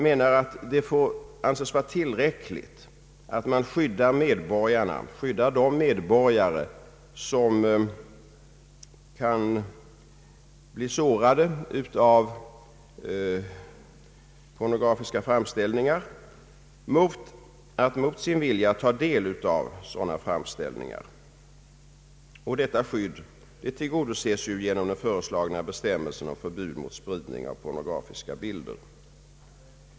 Det får anses vara tillräckligt att man skyddar de medborgare som kan bli sårade av pornografiska framställningar från att mot sin vilja behöva ta del av sådana framställningar. Detta skydd tillgodoses genom den föreslagna bestämmelsen om förbud mot spridning av pornografiska bilder.